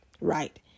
Right